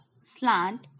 slant